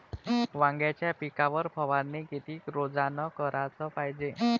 वांग्याच्या पिकावर फवारनी किती रोजानं कराच पायजे?